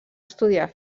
estudiar